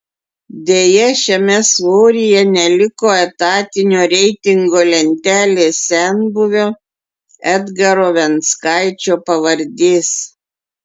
deja šiame svoryje neliko etatinio reitingo lentelės senbuvio edgaro venckaičio pavardės